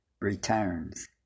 returns